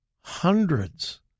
Hundreds